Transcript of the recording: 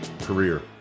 career